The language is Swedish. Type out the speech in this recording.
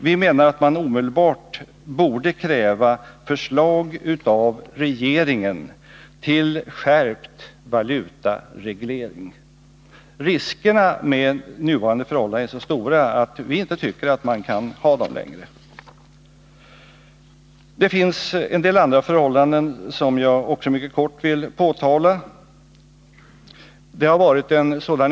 Vi menar att man omedelbart borde kräva förslag av regeringen till skärpt valutareglering. Riskerna med nuvarande förhållanden är så stora att de enligt vår uppfattning inte längre kan få bestå. Det finns också en del andra omständigheter som jag mycket kort vill påtala.